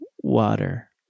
water